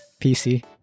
PC